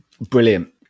Brilliant